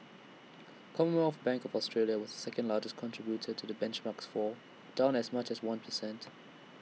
commonwealth bank of Australia was the second largest contributor to the benchmark's fall down as much as one per cent